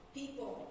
people